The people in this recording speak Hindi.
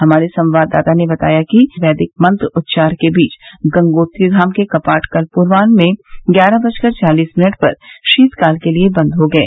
हमारे संवाददाता ने बताया है कि वैदिक मंत्रोच्चार के बीच गंगोत्री धाम के कपाट कल पूर्वाह में ग्यारह बजकर चालीस मिनट पर शीतकाल के लिए बंद हो गये